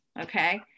Okay